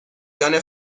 بیان